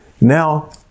now